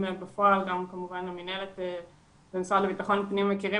בפועל גם כמובן המינהלת במשרד לביטחון פנים מכירים